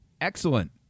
Excellent